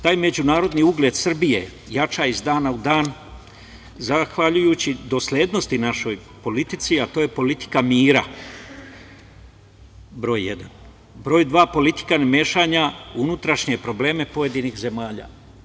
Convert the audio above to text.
Taj međunarodni ugled Srbije jača iz dana u dan zahvaljujući doslednosti naše politike, a to je politika mira, broj jedan, broj dva, politika mešanja u unutrašnje probleme pojedinih zemalja.